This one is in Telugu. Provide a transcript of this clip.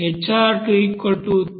HR23x 64